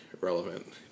relevant